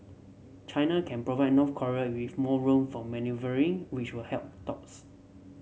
China can provide North Korea with more room for manoeuvring which will help dogs